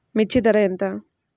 మిర్చి ధర ఎంత?